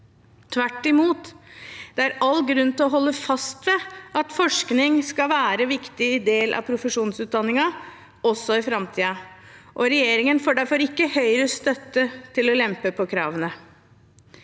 tvert imot. Det er all grunn til å holde fast ved at forskning skal være en viktig del av profesjonsutdanningene også i framtiden, og regjeringen får derfor ikke Høyres støtte til å lempe på kravene.